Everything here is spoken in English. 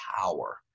power